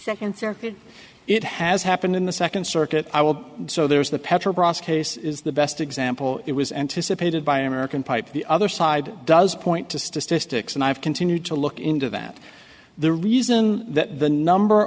circuit it has happened in the second circuit i will so there is the petro bross case is the best example it was anticipated by an american pipe the other side does point to statistics and i have continued to look into that the reason that the number